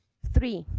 three.